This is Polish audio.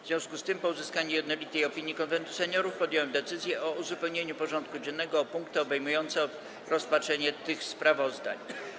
W związku z tym, po uzyskaniu jednolitej opinii Konwentu Seniorów, podjąłem decyzję o uzupełnieniu porządku dziennego o punkty obejmujące rozpatrzenie tych sprawozdań.